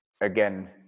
again